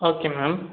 okay ma'am